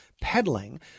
peddling